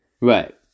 Right